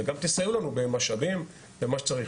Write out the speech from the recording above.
וגם תסייעו לנו במשאבים, במה שצריך.